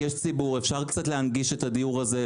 כי יש ציבור ואפשר קצת להנגיש את הדיור הזה,